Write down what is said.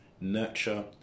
nurture